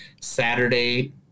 Saturday